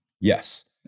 Yes